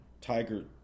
tiger